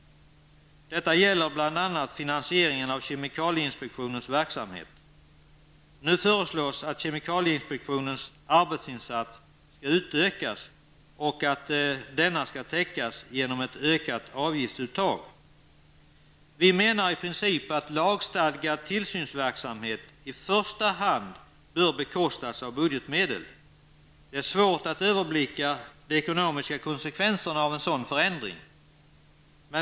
Detta gäller bl.a. finansieringen av kemikalieinspektionens verksamhet. Nu föreslås att kemikalieinspektionens arbetsinsats skall utökas och att kostnaden för detta skall täckas genom ett ökat avgiftsuttag. Vi menar i princip att lagstadgad tillsynsverksamhet i första hand bör bekostas av budgetmedel. Det är svårt att överblicka de ekonomiska konsekvenserna av en sådan förändring.